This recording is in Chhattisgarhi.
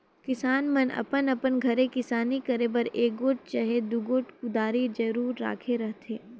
किसान मन अपन अपन घरे किसानी करे बर एगोट चहे दुगोट कुदारी जरूर राखे रहथे